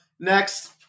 Next